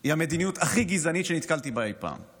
היא המדיניות הכי גזענית שנתקלתי בה אי פעם.